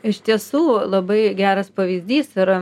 iš tiesų labai geras pavyzdys yra